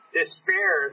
despair